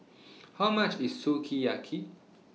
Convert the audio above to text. How much IS Sukiyaki